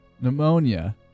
pneumonia